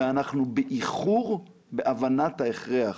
ואנחנו באיחור בהבנת ההכרח.